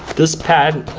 this pad.